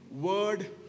word